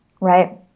Right